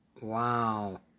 Wow